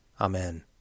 Amen